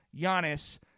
Giannis